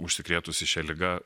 užsikrėtusi šia liga